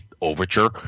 Overture